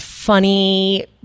funny